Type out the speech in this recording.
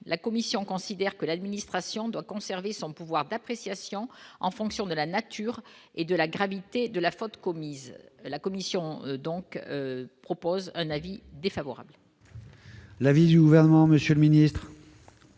la Commission considère que l'administration doit conserver son pouvoir d'appréciation en fonction de la nature et de la gravité de la faute commise la commission donc propose un avis défavorable. La vision gouvernement Monsieur le Ministre.